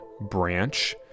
branch